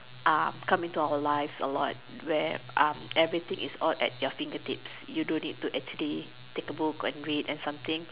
uh come into our life a lot where um everything is all at your finger tips you don't need to actually take a book and read and something